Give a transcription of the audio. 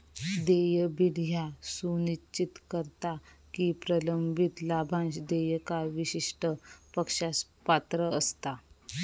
देय बिल ह्या सुनिश्चित करता की प्रलंबित लाभांश देयका विशिष्ट पक्षास पात्र असता